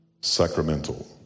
sacramental